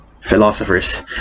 philosophers